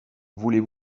voulez